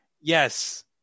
Yes